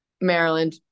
maryland